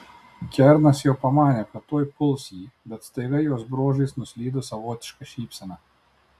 kernas jau pamanė kad tuoj puls jį bet staiga jos bruožais nuslydo savotiška šypsena